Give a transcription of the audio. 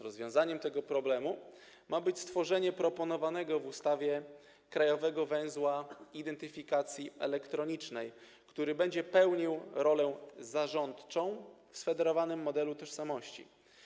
Rozwiązaniem tego problemu ma być stworzenie proponowanego w ustawie krajowego węzła identyfikacji elektronicznej, który będzie pełnił rolę zarządczą w sfederowanym modelu tożsamości.